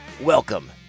Welcome